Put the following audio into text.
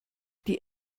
die